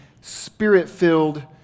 spirit-filled